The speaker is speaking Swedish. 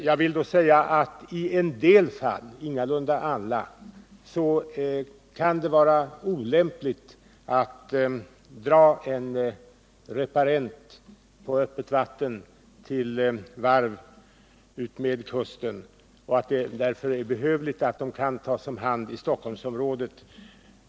Jag vill med anledning av det säga att i en del fall, ingalunda alla, kan det vara olämpligt att dra en reparent på öppet vatten till varv utmed kusten och att det därför är behövligt att sådana fartyg kan tas om hand i Stockholmsområdet.